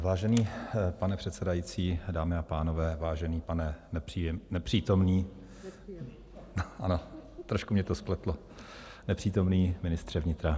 Vážený pane předsedající, dámy a pánové, vážený pane nepříjem , nepřítomný, ano, trošku mě to spletlo, nepřítomný ministře vnitra.